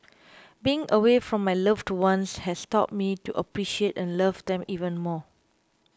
being away from my loved ones has taught me to appreciate and love them even more